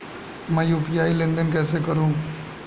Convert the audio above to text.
मैं यू.पी.आई लेनदेन कैसे करूँ?